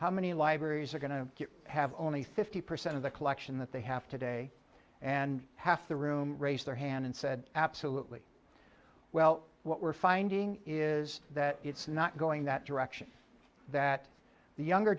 how many libraries are going to have only fifty percent of the collection that they have today and half the room raised their hand and said absolutely well what we're finding is that it's not going that direction that the younger